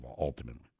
ultimately